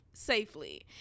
Safely